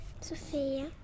Sophia